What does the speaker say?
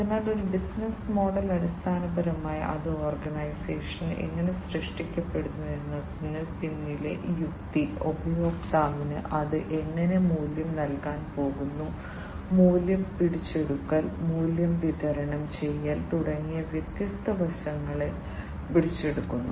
അതിനാൽ ഒരു business model അടിസ്ഥാനപരമായി അത് ഓർഗനൈസേഷൻ എങ്ങനെ സൃഷ്ടിക്കപ്പെടുന്നു എന്നതിന് പിന്നിലെ യുക്തി ഉപഭോക്താക്കൾക്ക് അത് എങ്ങനെ മൂല്യം നൽകാൻ പോകുന്നു മൂല്യം പിടിച്ചെടുക്കൽ മൂല്യം വിതരണം ചെയ്യൽ തുടങ്ങിയ വ്യത്യസ്ത വശങ്ങൾ പിടിച്ചെടുക്കുന്നു